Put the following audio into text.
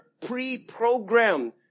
pre-programmed